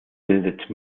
bildet